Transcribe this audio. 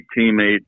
teammate